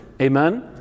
amen